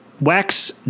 wax